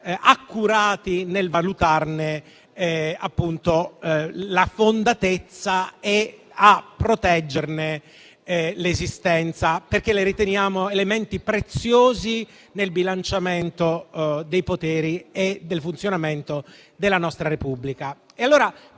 accurati nel valutarne la fondatezza e nel proteggerne l'esistenza, perché le riteniamo elementi preziosi nel bilanciamento dei poteri e del funzionamento della nostra Repubblica.